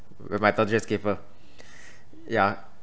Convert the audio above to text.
rebecca just gave birth yeah